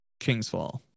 Kingsfall